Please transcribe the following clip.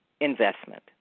investment